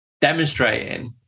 demonstrating